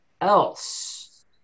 else